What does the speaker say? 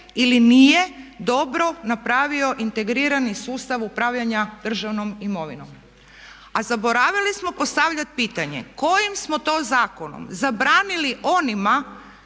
ili nije dobro napravio integrirani sustav upravljanja državnom imovinom? A zaboravili smo postavljati pitanje kojim smo to zakonom zabranili onima